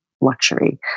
luxury